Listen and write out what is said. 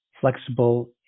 flexible